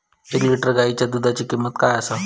एक लिटर गायीच्या दुधाची किमंत किती आसा?